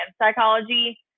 psychology